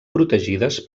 protegides